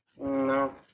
No